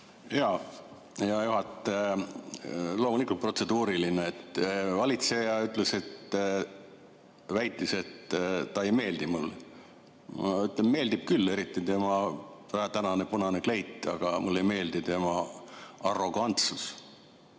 hea juhataja, loomulikult protseduuriline. Valitseja ütles või väitis, et ta ei meeldi mulle. Ma ütlen, et meeldib küll, eriti tema tänane punane kleit. Aga mulle ei meeldi tema arrogantsus